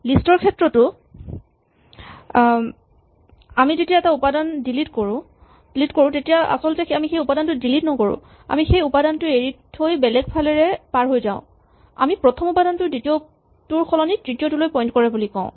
list ৰ ক্ষেত্ৰতো আমি যেতিয়া এটা উপাদান ডিলিট কৰিব লাগে তেতিয়া আচলতে আমি উপাদানটো ডিলিট নকৰো আমি সেই উপাদানটো এৰি থৈ বেলেগফালেৰে পাৰ হৈ যাওঁ আমি প্ৰথম উপাদানটোৱে দ্বিতীয়টোৰ সলনি তৃতীয়টোলৈ পইন্ট কৰে বুলি কওঁ